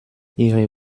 ihre